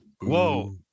Whoa